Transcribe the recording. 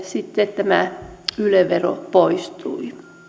sitten tämä yle vero poistui